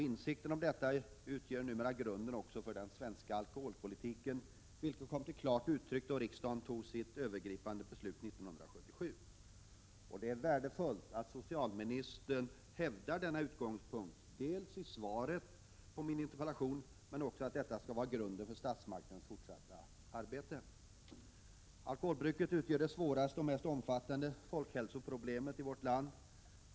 Insikten om detta utgör numera grunden också för den svenska alkholpolitiken, vilket kom till klart uttryck då riksdagen fattade sitt övergripande beslut 1977. Det är värdefullt att socialministern hävdar denna utgångspunkt i svaret på min interpellation och också framhåller att detta skall vara grunden för statsmaktens fortsatta arbete. Alkholbruket utgör det svåraste och mest omfattande folkhälsoproblemet i vårt land.